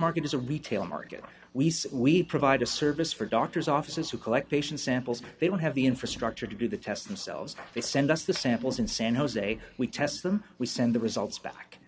market is a retail market we say we provide a service for doctors offices who collect patients samples they don't have the infrastructure to do the tests themselves they send us the samples in san jose we test them we send the results back